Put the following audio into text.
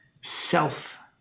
self